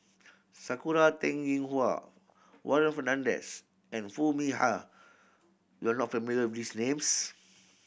Sakura Teng Ying Hua Warren Fernandez and Foo Mee Har you are not familiar with these names